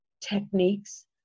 techniques